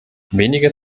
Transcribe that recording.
weniger